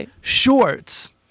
shorts